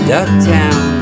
Ducktown